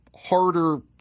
harder